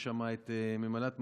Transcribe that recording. יש שם ממלאת מקום,